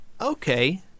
okay